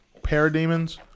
parademons